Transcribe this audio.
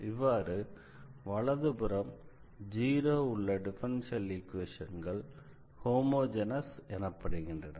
இவ்வாறு வலதுபுறம் 0 உள்ள டிஃபரன்ஷியல் ஈக்வேஷன்கள் ஹோமோஜெனஸ் எனப்படுகின்றன